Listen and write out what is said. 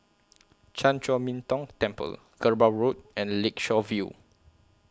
Chan Chor Min Tong Temple Kerbau Road and Lakeshore View